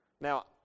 Now